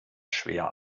schwer